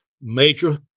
major